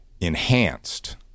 enhanced